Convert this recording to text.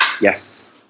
Yes